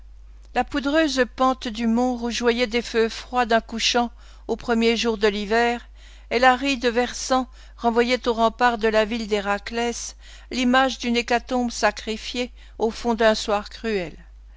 la poudreuse pente du mont rougeoyait des feux froids d'un couchant aux premiers jours de l'hiver et l'aride versant renvoyait aux remparts de la ville d'héraklès l'image d'une hécatombe sacrifiée au fond d'un soir cruel